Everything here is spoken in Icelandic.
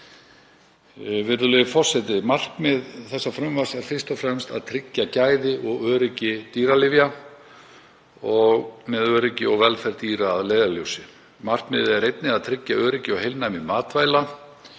Virðulegi forseti. Markmið þessa frumvarps er fyrst og fremst að tryggja gæði og öryggi dýralyfja með öryggi og velferð dýra að leiðarljósi. Markmiðið er einnig að tryggja öryggi og heilnæmi matvæla